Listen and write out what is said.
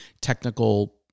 technical